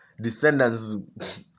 Descendants